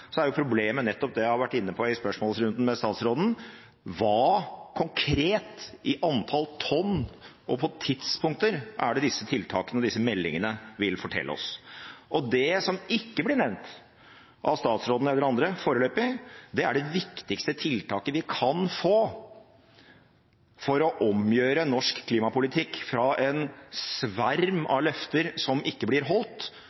er problemet nettopp det jeg har vært inne på i spørsmålsrunden med statsråden: Hva konkret når det gjelder antall tonn og tidspunkter, er det disse tiltakene og disse meldingene vil fortelle oss? Det som ikke har vært nevnt av statsråden eller andre foreløpig, er det viktigste tiltaket vi kan iverksette for å omgjøre norsk klimapolitikk fra å være en sverm av løfter som ikke blir holdt,